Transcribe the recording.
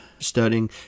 Studying